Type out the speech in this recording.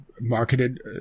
marketed